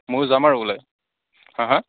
ময়ো যাম আৰু ওলাই হাঁ হাঁ